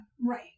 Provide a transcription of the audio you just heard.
right